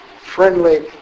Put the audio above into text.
friendly